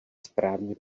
správně